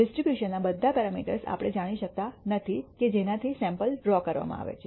ડિસ્ટ્રીબ્યુશનના બધા પેરામીટર્સ આપણે જાણી શકતા નથી કે જેનાથી સૈમ્પલ ડ્રૉ કરવમાં આવે છે